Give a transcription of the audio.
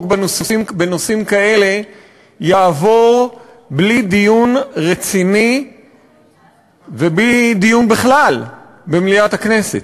בנושאים כאלה יעבור בלי דיון רציני ובלי דיון בכלל במליאת הכנסת.